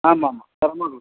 ஆமாம்மா தரமாக இருக்கும்